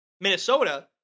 Minnesota